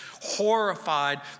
horrified